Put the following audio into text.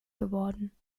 geworden